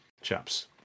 chaps